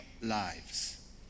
lives